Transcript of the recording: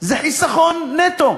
זה חיסכון נטו.